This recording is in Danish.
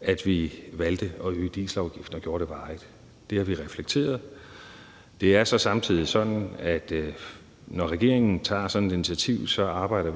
at vi valgte at øge dieselafgiften og gjorde det varigt. Det har vi reflekteret. Det er så samtidig sådan, at vi i regeringen, når vi tager sådan et initiativ, også arbejder